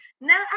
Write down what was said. Now